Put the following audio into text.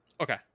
okay